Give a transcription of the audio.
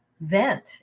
vent